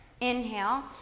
Inhale